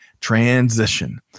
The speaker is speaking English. Transition